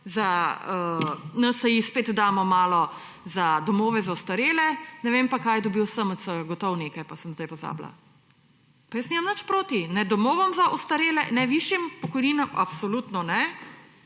za NSi spet damo malo za domove za ostarele, ne vem pa, kaj dobijo v SMC, gotovo nekaj, pa sem zdaj pozabila. Pa jaz nimam nič proti, ne domovom za ostarele, ne višjim pokojninam, absolutno ne